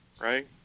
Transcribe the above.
Right